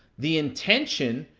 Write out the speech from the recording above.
the intention,